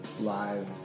live